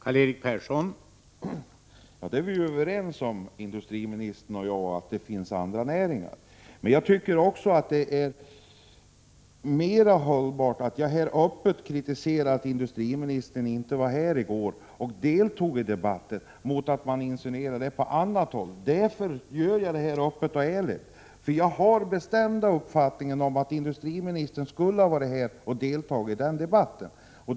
Herr talman! Industriministern och jag är överens om att det finns andra näringar. Det är i alla fall mera hållbart att jag öppet kritiserar att industriministern inte var här i går och deltog i debatten än att det insinueras på annat håll. Det är mera ärligt av mig. Jag har nämligen den bestämda uppfattningen att industriministern skulle ha deltagit i debatten.